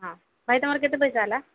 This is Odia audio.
ହଁ ଭାଇ ତମର କେତେ ପଇସା ହେଲା